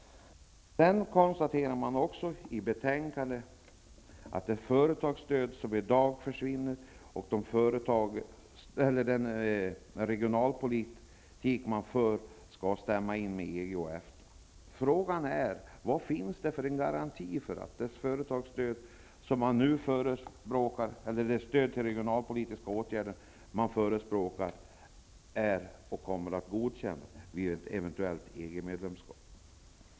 Man konstaterar också i betänkandet att företagsstödet, som i dag försvinner, och den regionalpolitik som man för skall stämma med det som gäller inom EG och EFTA. Frågan är: Vad finns det för garanti för att det stöd till regionalpolitiska åtgärder som man nu förespråkar kommer att godkännas vid ett eventuellt EG medlemskap?